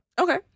Okay